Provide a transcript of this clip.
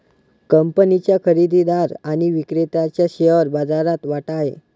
कंपनीच्या खरेदीदार आणि विक्रेत्याचा शेअर बाजारात वाटा आहे